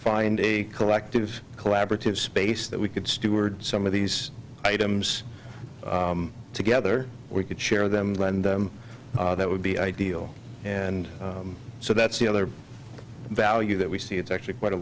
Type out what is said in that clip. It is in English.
find a collective collaborative space that we could steward some of these items together we could share them and that would be ideal and so that's the other value that we see it's actually quite a